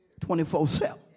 24-7